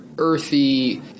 earthy